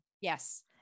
Yes